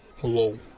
hello